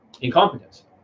incompetence